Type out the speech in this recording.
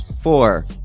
Four